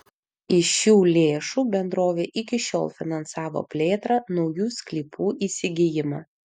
iš šių lėšų bendrovė iki šiol finansavo plėtrą naujų sklypų įsigijimą